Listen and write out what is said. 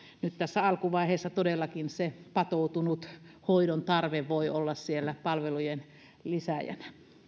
nyt tässä alkuvaiheessa todellakin se patoutunut hoidon tarve voi olla siellä palvelujen lisääjänä